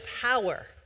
power